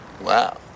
Wow